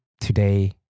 today